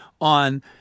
on